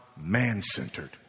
man-centered